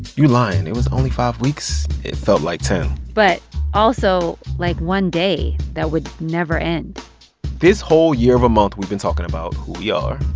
you lying. it was only five weeks? it felt like ten point but also like one day that would never end this whole year of a month we've been talking about who we are.